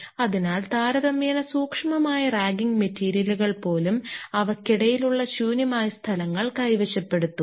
അതിനാൽ താരതമ്യേന സൂക്ഷ്മമായ റാഗിംഗ് മെറ്റീരിയലുകൾ പോലും അവയ്ക്കിടയിലുള്ള ശൂന്യമായ സ്ഥലങ്ങൾ കൈവശപ്പെടുത്തും